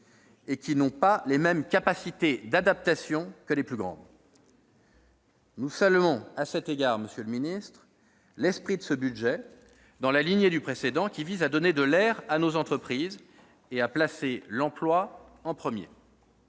et n'ont pas les mêmes capacités d'adaptation que les plus grandes. Nous saluons à cet égard, monsieur le secrétaire d'État, l'esprit de ce budget, qui, dans la lignée du précédent, vise à donner de l'air à nos entreprises et à faire de l'emploi la priorité.